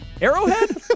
Arrowhead